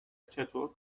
چطور